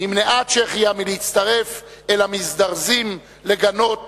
נמנעה צ'כיה מלהצטרף אל המזדרזים לגנות